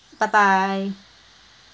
bye bye